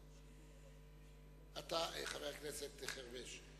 חבר הכנסת חרמש,